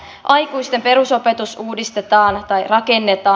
aikuisten perusopetus uudistetaan tai rakennetaan